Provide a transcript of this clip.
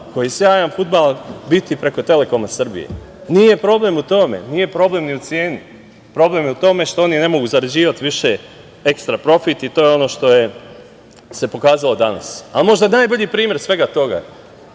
taj prenos fudbala biti preko „Telekom Srbije“. Nije problem u tome, nije problem u ceni, problem je u tome što oni ne mogu zarađivati više ekstra profit i to je ono što se pokazalo danas. Možda najbolji primer svega toga,